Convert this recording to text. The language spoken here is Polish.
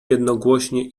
jednogłośnie